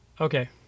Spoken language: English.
Okay